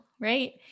right